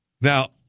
Now